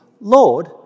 Lord